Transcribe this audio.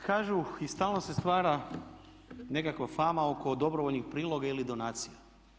Kažu i stalno se stvara nekakva fama oko dobrovoljni priloga ili donacija.